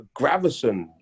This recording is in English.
Gravison